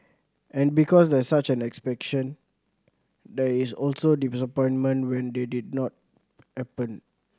and because there's such an expectation there is also disappointment when they did not happen